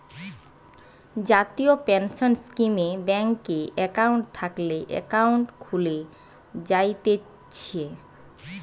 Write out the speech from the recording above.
জাতীয় পেনসন স্কীমে ব্যাংকে একাউন্ট থাকলে একাউন্ট খুলে জায়তিছে